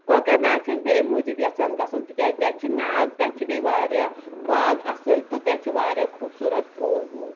کۄکَر ناگ چھَس بہٕ اَمہِ موٗجوٗب یَژھان گَژھُن تِکیٛازِ تَتہِ چھُ ناگ تَتہِ چھِ بیٚیہِ واریاہ باغ اَصٕل تہٕ تَتہِ چھِ واریاہ خوٗبصوٗرت پھوٗل ووٗل